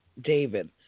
David